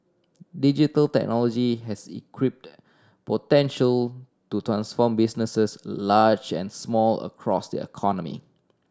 digital technology has equipped potential to transform businesses large and small across the economy